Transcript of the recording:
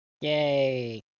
Yay